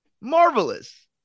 Marvelous